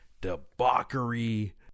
debauchery